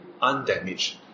undamaged